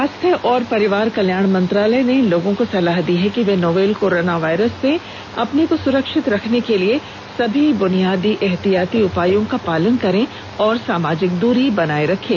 स्वास्थ्य और परिवार कल्याण मंत्रालय ने लोगों को सलाह दी है कि वे नोवल कोरोना वायरस से अपने को सुरक्षित रखने के लिए सभी बुनियादी एहतियाती उपायों का पालन करें और सामाजिक दूरी बनाए रखें